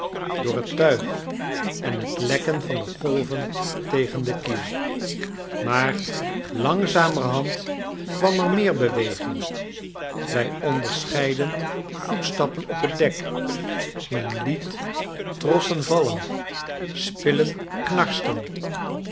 door het tuig en het lekken van de golven tegen de kiel maar langzamerhand kwam er meer beweging wij onderscheidden voetstappen op het dek men liet trossen vallen spillen knarsten